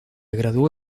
graduó